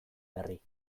berri